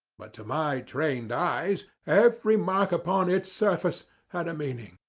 but to my trained eyes every mark upon its surface had a meaning.